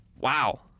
Wow